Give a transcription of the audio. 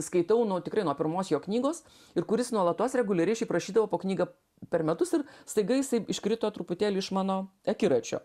skaitau nu tikrai nuo pirmos jo knygos ir kuris nuolatos reguliariai šiaip rašydavo po knygą per metus ir staiga jisai iškrito truputėlį iš mano akiračio